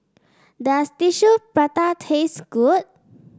does Tissue Prata taste good